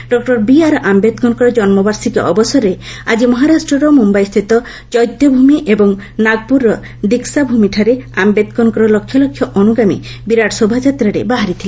doctor B R ଆମ୍ବେଦ୍କରଙ୍କ ଜନୁବାର୍ଷିକୀ ଅବସରରେ ଆଜି ମହାରାଷ୍ଟ୍ରର ମୁମ୍ବାଇସ୍ଥିତ ଚୈତ୍ୟଭୂମି ଏବଂ ନାଗପ୍ରରର ଦୀଖ୍ସାଭ୍ମିଠାରେ ଆମ୍ଭେଦ୍କରଙ୍କର ଲକ୍ଷ ଲକ୍ଷ ଅନ୍ଦ୍ରଗାମୀ ବିରାଟ ଶୋଭାଯାତ୍ରା ବାହାର କରିଥିଲେ